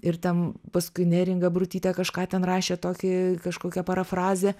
ir ten paskui neringa abrutytė kažką ten rašė tokį kažkokią parafrazę